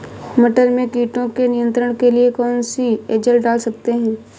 मटर में कीटों के नियंत्रण के लिए कौन सी एजल डाल सकते हैं?